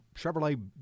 Chevrolet